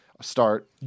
Start